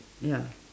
ya